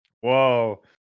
Whoa